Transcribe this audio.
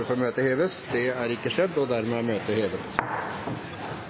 før møtet heves? – Møtet er hevet.